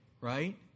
Right